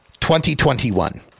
2021